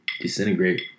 Disintegrate